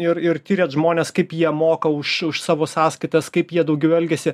ir ir tiriat žmones kaip jie moka už savo sąskaitas kaip jie daugiau elgiasi